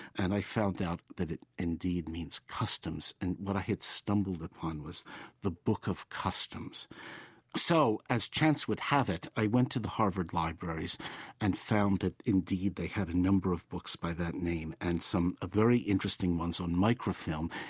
and i found out that it, indeed, means customs. and what i had stumbled upon was the book of customs so, as chance would have it, i went to the harvard libraries and found that, indeed, they had a number of books by that name and some very interesting ones on microfilm,